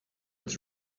its